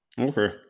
Okay